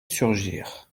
surgir